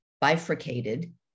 bifurcated